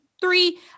Three